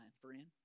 friend